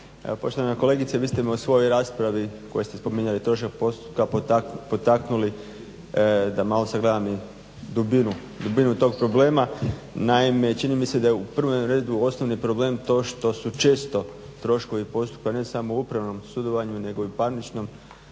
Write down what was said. poštovana kolegice vi ste me u svojoj raspravi kojoj ste spomenuli … potaknuli da malo sagledam i dubinu tog problema. Naime, čini mi se da je u prvom redu osnovni problem to što su često troškovi postupka ne samo u upravnom sudovanju nego i parničnom